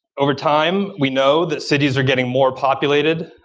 over time, we know that cities are getting more populated.